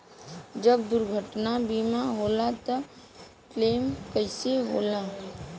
जब दुर्घटना बीमा होला त क्लेम कईसे होला?